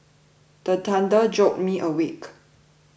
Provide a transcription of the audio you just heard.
the thunder jolt me awake